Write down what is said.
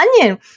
onion